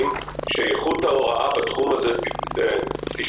שאיכות ההוראה בתחומים האלה תשתפר,